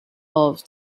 off